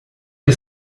que